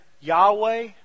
Yahweh